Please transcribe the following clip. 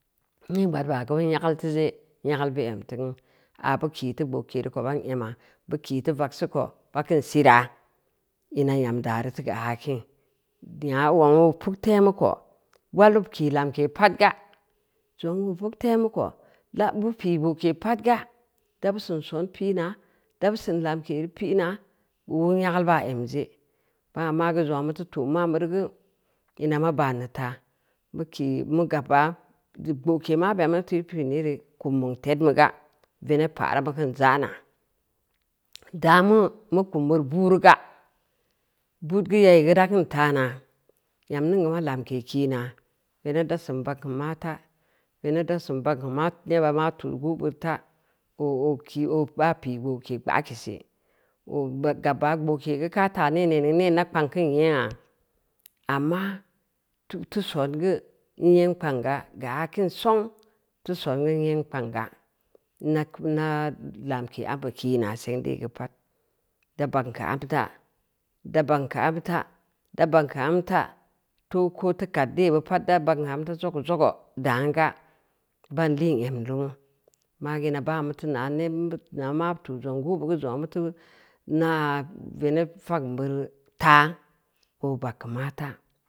Nengn gbaad ba tau bu nyageul teu ze, nyageul bu em teun, aa bu ki teu gbo’ke reu ko bangn ama, bu kii teu vagseu ko bakin sira, ina nyam daareu tikeu akin, nya woo ong puktemu ko, walbu kii lamke pad ga, zong paktemu ko, la’ bu pii gbo’ke pad ga dabu sin soon pina, dabu sin lamke reu pina nm nyageul baa emze, bangna magu zongna mut utu ma’n bureu geu, ina ma banneu ta, muki, wag abba deu gbo’ke maabeya wuti pin yere kum zong tedu bu ga veneb pa’ra ba kin za’na, da mu, mu kum weureu buureu ga bad geu yaai geu da kin teana, nyam ning ma lamke kiina, veneb da sen bagn geu mata, veneb da sin bagn geu neba ma tu’ gu bureu ta, geu baa pi gboke gbaake si, gabba gbake geu ka’ tau nee neeneu geu nee nak pang kan nye’ga amma teu songeu n nyeg kpang ga, geu akin song tu soone n nyeng kpang ga nna lamke ambu kiina seng dee geu pad, da bagn keu awta, da bagn keu abu ta, ta bagu keu awta, ko teu kad dee bu pad teu bagn keu awteu zogeu zoga, dan ga, ban liin em lumu, magu ina vangna mutu na nebinu bid na maa tu’ zongn gu’ bugeu zongu mutu inaa veneb fakn bureu taa, oo bag keu maata